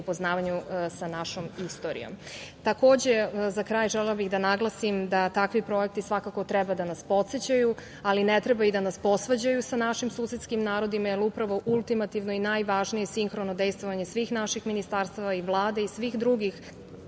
upoznavanju sa našom istorijom.Za kraj želela bih da naglasim da takvi projekti svakako treba da nas podsećaju, ali ne treba i da nas posvađaju sa našim susedskim narodima, jer upravo ultimativno i najvažnije sinhrono dejstvovanje svih naših ministarstava i Vlade i svih drugih